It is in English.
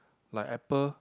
like Apple